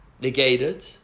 negated